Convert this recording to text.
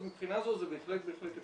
אז מהבחינה הזאת זה בהחלט אפשרי.